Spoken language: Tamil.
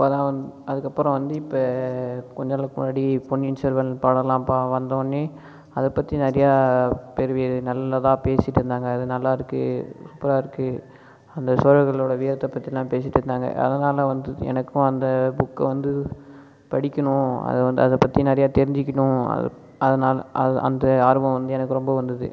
அப்போதான் வந்து அதுக்கப்புறம் வந்து இப்போ கொஞ்ச நாளைக்கு முன்னாடி பொன்னியின் செல்வன் படமெலாம் வந்தவுடனே அதை பற்றி நிறைய பேர் நல்லதா பேசிகிட்டுந்தாங்க அது நல்லாயிருக்கு சூப்பராக இருக்குது அந்த சோழர்களோடய வீரத்தை பற்றிலாம் பேசிகிட்டுந்தாங்க அதனாலே வந்து எனக்கும் வந்து அந்த புக்கை வந்து படிக்கணும் அதை பத்தி நிறைய தெரிஞ்சுக்கணும்னு அதனாலே அந்த ஆர்வம் வந்து ரொம்ப வந்தது